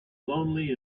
lonely